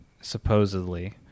supposedly